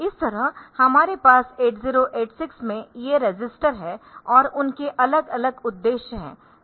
इस तरह हमारे पास 8086 में ये रजिस्टर है और उनके अलग अलग उद्देश्य है